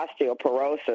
osteoporosis